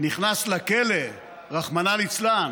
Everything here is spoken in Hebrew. נכנס לכלא, רחמנא ליצלן.